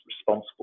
responsible